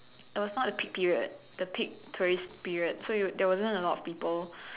it was not the peak period the peak tourist period so there wasn't a lot of people